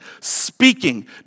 speaking